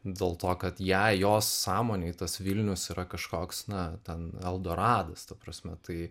dėl to kad jai jos sąmonėj tas vilnius yra kažkoks na ten eldoradas ta prasme tai